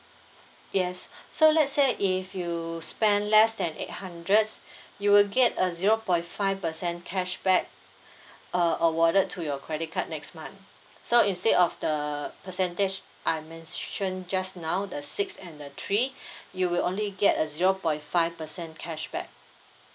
yes so let's say if you spend less than eight hundred you will get a zero point five percent cashback uh awarded to your credit card next month so instead of the percentage I mentioned just now the six and the three you will only get a zero point five percent cashback